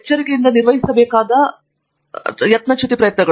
ತಂಗಿರಾಲಾ Andrew ಕೇವಲ ಏನು ಹೇಳಿದನೆಂದು ಮುಂದುವರಿಸಲು ನಾನು ಬಯಸುತ್ತೇನೆ